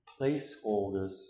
placeholders